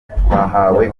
twahawe